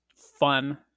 Fun